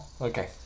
okay